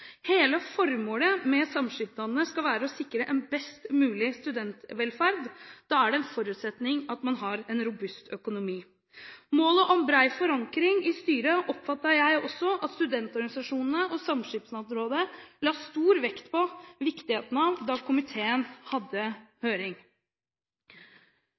Hele formålet med samskipnadene skal være å sikre en best mulig studentvelferd. Da er det en forutsetning at man har en robust økonomi. Målet om bred forankring i styret oppfattet jeg at også studentorganisasjonene og Samskipnadsrådet la stor vekt på viktigheten av, da komiteen hadde